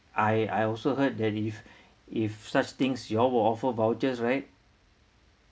I I also heard that if if such things you all will offer vouchers right